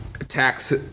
attacks